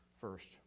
First